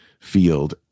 field